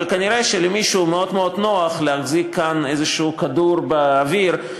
אבל כנראה למישהו מאוד מאוד נוח להחזיק כאן איזשהו כדור באוויר,